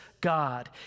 God